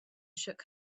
shook